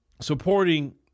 Supporting